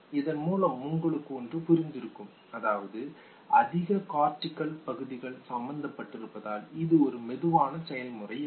இதன் மூலம் உங்களுக்கு ஒன்று புரிந்திருக்கும் அதாவது அதிக கார்டிகல் பகுதிகள் சம்பந்தப்பட்டிருப்பதால் இது ஒரு மெதுவான செயல்முறை என்று